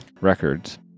Records